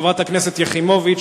חברת הכנסת יחימוביץ,